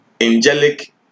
angelic